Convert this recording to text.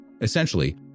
essentially